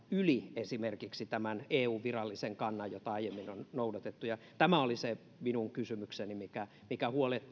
yli esimerkiksi tämän eun virallisen kannan jota aiemmin on noudatettu tämä oli se minun kysymykseni mikä mikä